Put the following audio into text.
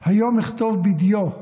/ היום אכתוב בדיו,